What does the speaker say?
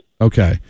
Okay